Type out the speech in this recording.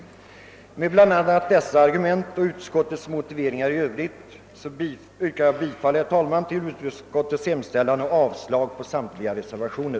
Med hänvisning till bl.a. dessa argument och till utskottets motiveringar i övrigt yrkar jag, herr talman, bifall till bevillningsutskottets hemställan och avslag på samtliga reservationer.